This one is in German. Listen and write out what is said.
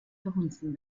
verhunzen